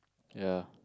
ya